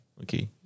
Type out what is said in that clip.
Okay